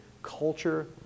culture